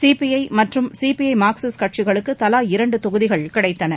CBI மற்றும் சிபிஐ மார்க்சிஸ்ட் கட்சிகளுக்கு தலா இரண்டு தொகுதிகள் கிடைத்தன